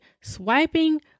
swiping